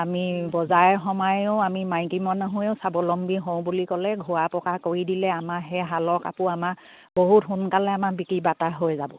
আমি বজাৰে সমাৰেও আমি মাইকী মানুহেও স্বাৱলম্বী হওঁ বুলি ক'লে ঘূৰা পকা কৰি দিলে আমাৰ সেই শালৰ কাপোৰ আমাৰ বহুত সোনকালে আমাৰ বিক্ৰী বাৰ্তা হৈ যাব